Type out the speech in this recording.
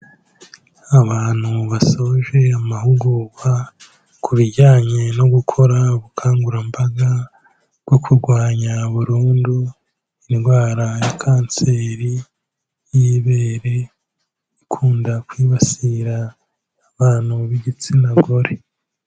Abantu basoje amahugurwa ku bijyanye no gukora ubukangurambaga bwo kurwanya burundu indwara ya kanseri y'ibere, ikunda kwibasira abantu b'igitsina gore.